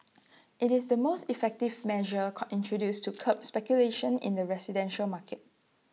IT is the most effective measure call introduced to curb speculation in the residential market